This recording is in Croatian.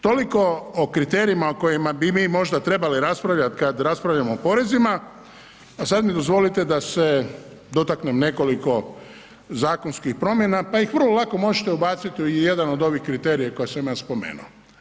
Toliko o kriterijima o kojima bi mi možda trebali raspravljat kad raspravljamo o porezima, a sad mi dozvolite da se dotaknem nekoliko zakonskih promjena, pa ih vrlo lako možete ubaciti u jedan od ovih kriterija koje sam ja spomenuo.